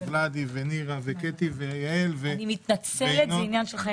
עם ולדימיר ונירה וקטי ויעל -- אני מתנצלת שאני חייבת לעזוב,